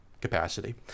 capacity